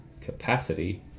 capacity